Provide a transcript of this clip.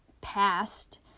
past